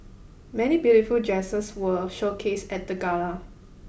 many beautiful dresses were showcased at the gala